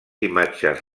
imatges